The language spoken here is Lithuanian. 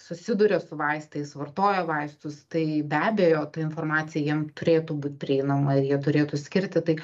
susiduria su vaistais vartoja vaistus tai be abejo ta informacija jiem turėtų būt prieinama ir jie turėtų skirti tai